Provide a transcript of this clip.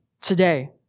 today